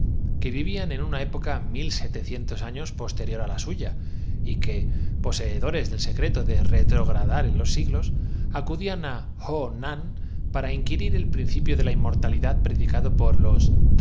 las conquistas de su época cree poder burlarse posterior á la suya y que poseedores del secreto de retrogradar en los siglos acudían á ho nan para in impunemente de sus antecesores á quienes después quirir el principio de la inmortalidad predicado por de